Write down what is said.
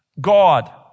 God